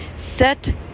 Set